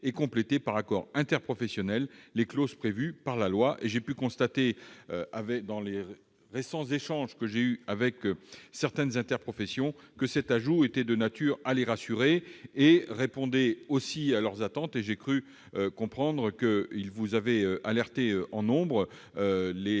et compléter, par accord interprofessionnel, les clauses prévues par la loi. J'ai pu constater, dans les récents échanges que j'ai eus avec certaines interprofessions, que cet ajout était de nature à les rassurer et répondait à leurs attentes. J'ai cru comprendre que leurs représentants vous avaient alertés en nombre,